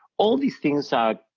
all these things are,